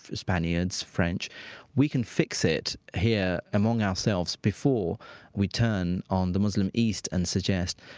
spaniards, french we can fix it here among ourselves before we turn on the muslim east and suggest,